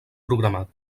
programat